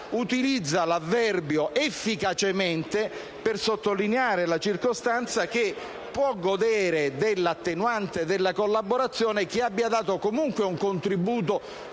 utilizza l'avverbio «efficacemente» per sottolineare la circostanza che può godere dell'attenuante della collaborazione chi abbia dato comunque un contributo